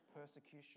persecution